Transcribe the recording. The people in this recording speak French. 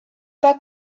pas